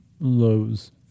Lows